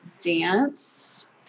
dance